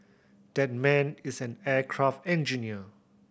that man is an aircraft engineer